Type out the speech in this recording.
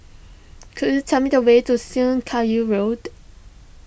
could you tell me the way to Syed Road